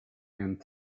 and